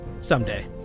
Someday